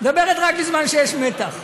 היא רק בזמן שיש מתח.